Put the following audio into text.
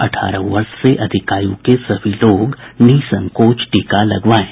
अठारह वर्ष से अधिक आयु के सभी लोग निःसंकोच टीका लगवाएं